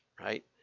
right